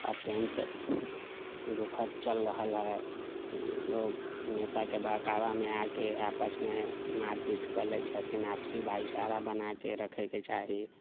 अत्यन्त दुःखद चल रहल हइ ई लोक नेताके बहकावामे आकऽ आपसमे मार पीट कय लेइ छथिन आपसी भाइचारा बनाकऽ रखैके चाही